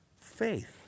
faith